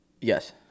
Yes